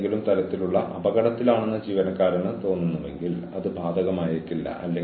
പ്രതീക്ഷിക്കാത്ത തരത്തിലാണ് ജീവനക്കാരൻ പെരുമാറിയത്